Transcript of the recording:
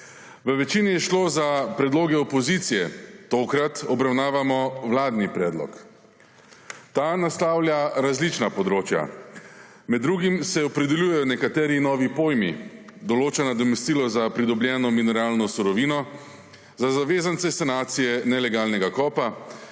V večini je šlo za predloge opozicije, tokrat obravnavamo vladni predlog. Ta naslavlja različna področja. Med drugim se opredeljujejo nekateri novi pojmi, določanja nadomestilo za pridobljeno mineralno surovino, za zavezance sanacije nelegalnega kopa,